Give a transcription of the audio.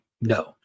No